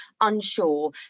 unsure